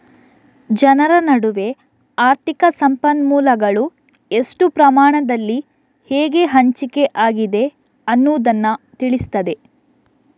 ಜನರ ನಡುವೆ ಆರ್ಥಿಕ ಸಂಪನ್ಮೂಲಗಳು ಎಷ್ಟು ಪ್ರಮಾಣದಲ್ಲಿ ಹೇಗೆ ಹಂಚಿಕೆ ಆಗಿದೆ ಅನ್ನುದನ್ನ ತಿಳಿಸ್ತದೆ